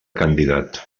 candidat